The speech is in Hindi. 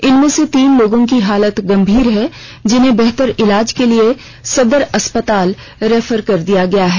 इनमें से तीन लोगों की हालत गंभीर है जिन्हें बेहतर इलाज के लिए सदर अस्पताल रेफर कर दिया गया है